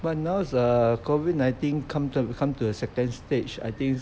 but now err COVID nineteen come to come to a second stage I think